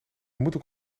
moeten